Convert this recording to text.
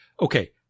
okay